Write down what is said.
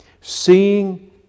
seeing